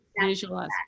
visualize